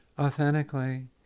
Authentically